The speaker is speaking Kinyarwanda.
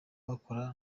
bakora